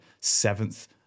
seventh